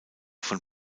von